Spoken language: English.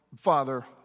Father